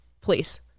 please